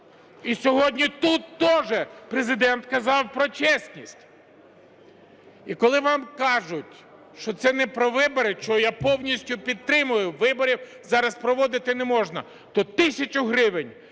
І сьогодні тут теж Президент казав про чесність. І коли вам кажуть, що це не про вибори, що я повністю підтримую, виборів зараз проводити не можна, то тисяча гривень,